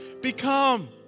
become